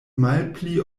malpli